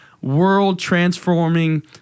world-transforming